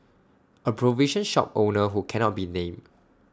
A provision shop owner who cannot be named